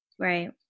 Right